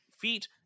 feet